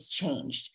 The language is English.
changed